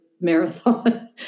marathon